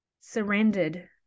surrendered